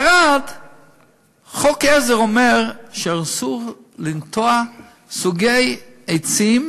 חוק עזר בערד אומר שאסור לנטוע סוגי עצים